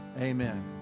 Amen